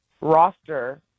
roster